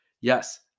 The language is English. Yes